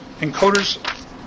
Encoders